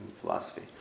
philosophy